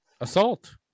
assault